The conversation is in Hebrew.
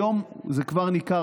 היום זה כבר ניכר,